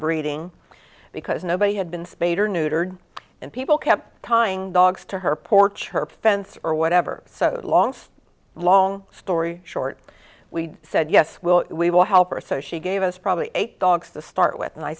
breeding because nobody had been spayed or neutered and people kept tying dogs to her porch her fence or whatever so long long story short we said yes we'll we will help or so she gave us probably eight dogs to start with and i